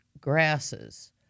grasses